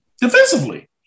Defensively